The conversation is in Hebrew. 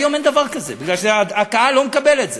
היום אין דבר כזה, כי הקהל לא מקבל את זה.